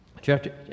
chapter